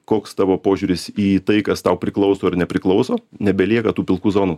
koks tavo požiūris į tai kas tau priklauso ar nepriklauso nebelieka tų pilkų zonų